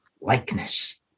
likeness